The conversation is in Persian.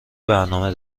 برنامه